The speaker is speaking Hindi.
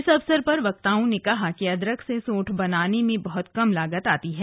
इस अवसर पर वक्ताओं ने कहा कि अदरक से सौंठ बनाने में बहुत कम लागत लगती है